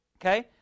Okay